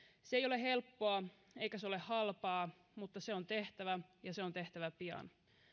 se ei ole helppoa eikä se ole halpaa mutta se on tehtävä ja se on tehtävä pian